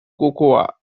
cocoa